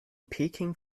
peking